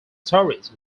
stories